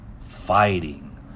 fighting